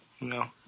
No